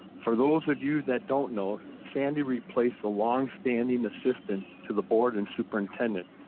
for those of you that don't know, sandy replaced a long-standing assistance to the board and superintendent,